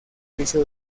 juicio